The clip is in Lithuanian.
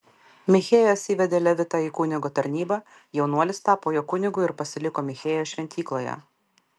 michėjas įvedė levitą į kunigo tarnybą jaunuolis tapo jo kunigu ir pasiliko michėjo šventykloje